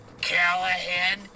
Callahan